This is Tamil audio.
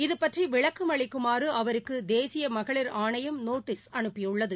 இதுபற்றி விளக்கம் அளிக்குமாறு அவருக்கு தேசிய மகளிர் ஆணையம் நோட்டீஸ் அனுப்பியுள்ளது